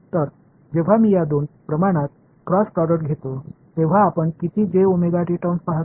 तर जेव्हा मी या दोन प्रमाणात क्रॉस प्रोडक्ट घेतो तेव्हा आपण किती टर्म्स पाहता